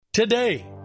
Today